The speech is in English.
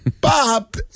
Bob